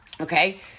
Okay